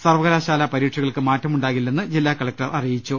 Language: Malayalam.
സർവ്വകലാശാല പരീക്ഷകൾക്ക് മാറ്റമുണ്ടാകില്ലെന്ന് ജില്ലാ കലക്ടർ അറിയിച്ചു